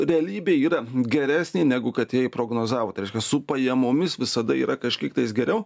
realybė yra geresnė negu kad jie prognozavo tai reiškia su pajamomis visada yra kažkiek tais geriau